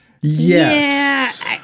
Yes